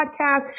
podcast